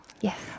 Yes